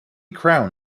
crown